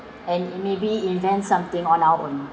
and maybe invent something on our own